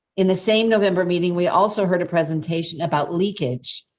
in the same november meeting, we also heard a presentation about leakage.